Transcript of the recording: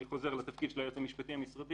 חוזר לתפקיד של היועץ המשפטי המשרדי